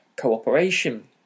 cooperation